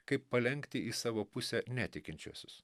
kaip palenkti į savo pusę netikinčiuosius